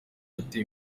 ateye